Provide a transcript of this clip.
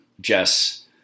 Jess